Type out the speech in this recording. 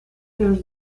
los